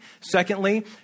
Secondly